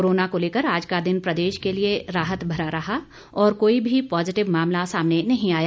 corona को लेकर आज का दिन प्रदेश के लिए राहत भरा रहा और कोई भी पॉजिटिव मामला सामने नहीं आया